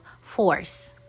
force